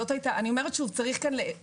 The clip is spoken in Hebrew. אני אומרת שוב שצריך כאן להפריד --- נהדר.